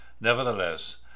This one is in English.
Nevertheless